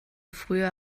früher